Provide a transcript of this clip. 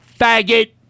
faggot